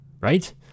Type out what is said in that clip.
right